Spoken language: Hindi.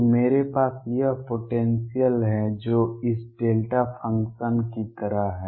तो मेरे पास यह पोटेंसियल है जो इस डेल्टा फ़ंक्शन की तरह है